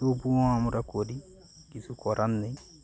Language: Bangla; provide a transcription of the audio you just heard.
তবুও আমরা করি কিছু করার নেই